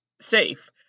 safe